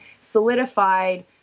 solidified